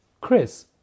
Chris